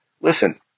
Listen